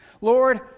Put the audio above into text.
Lord